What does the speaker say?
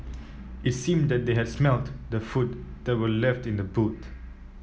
it seemed that they had smelt the food that were left in the boot